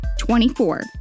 24